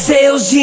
Sales